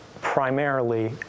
primarily